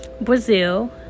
Brazil